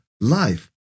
life